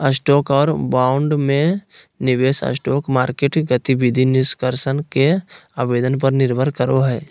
stock और bond में निवेश स्टॉक मार्केट गतिविधि निष्कर्ष के आवेदन पर निर्भर करो हइ